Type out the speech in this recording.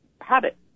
habit